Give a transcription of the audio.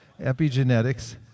Epigenetics